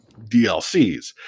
DLCs